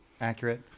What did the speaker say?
Accurate